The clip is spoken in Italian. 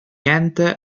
ente